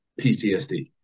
PTSD